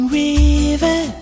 river